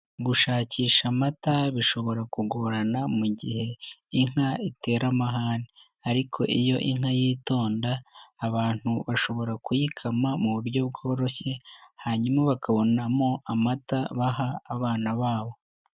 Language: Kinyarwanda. Gushakisha amata bishobora kugorana mu gihe inka itera amahane. Ariko iyo inka yitonda abantu bashobora kuyikama mu buryo bworoshye hanyuma bakabonamo amata baha abana babo.